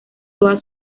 toda